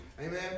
Amen